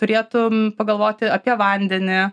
turėtum pagalvoti apie vandenį